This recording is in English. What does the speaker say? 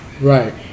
Right